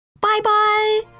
Bye-bye